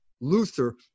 Luther